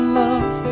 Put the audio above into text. love